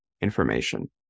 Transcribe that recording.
information